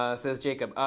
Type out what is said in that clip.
ah says jacob.